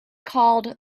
called